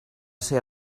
ser